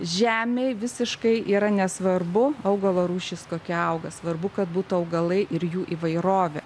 žemei visiškai yra nesvarbu augalo rūšis kokia auga svarbu kad būtų augalai ir jų įvairovė